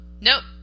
nope